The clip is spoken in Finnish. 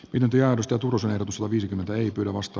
pidentyä jos totuus ehdotus on viisikymmentä ja tulevasta